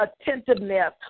attentiveness